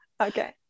okay